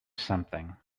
something